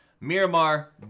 Miramar